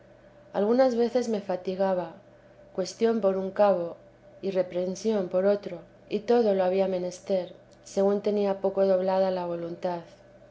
algunas veces me fatigaba cuestión por un cabo y reprehensión por otro y todo lo había menester según tenía poco doblada la voluntad